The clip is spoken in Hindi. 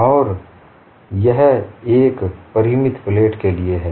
और यह एक परिमित प्लेट के लिए है